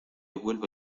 vuelva